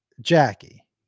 Jackie